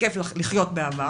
כייף לחיות בעבר,